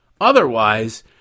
Otherwise